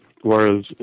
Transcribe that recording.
whereas